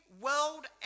world